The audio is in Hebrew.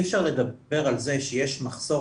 אי אפשר לדבר על זה שיש מחסור,